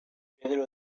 pedro